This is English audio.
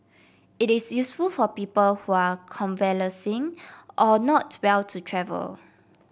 it is useful for people who are convalescing or not well to travel